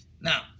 Now